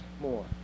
more